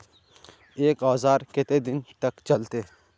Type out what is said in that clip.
एक औजार केते दिन तक चलते?